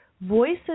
Voices